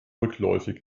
rückläufig